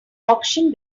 auction